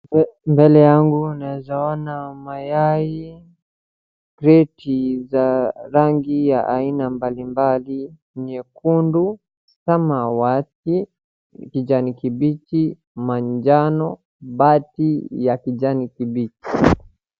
Mbele yangu naeza ona mayai, kreti za rangi ya aina mbalimbali, nyekundu, samawati, kijani kibichi, manjano, bati ya kijani kibichi.